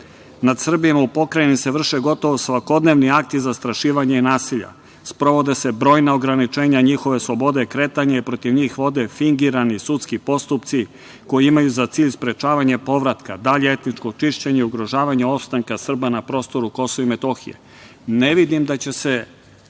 Srbima u pokrajini se vrše gotovo svakodnevni akti zastrašivanja i nasilja, sprovode se brojna ograničenja njihove slobode kretanja i protiv njih vode fingirani sudski postupci koji imaju za cilj sprečavanje povratka, dalje etničkog čišćenja i ugrožavanje ostanka Srba na prostoru KiM.Ne vidim da će se